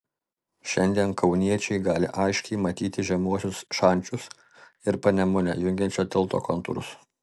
šiandien kauniečiai gali aiškiai matyti žemuosius šančius ir panemunę jungiančio tilto kontūrus